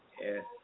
Yes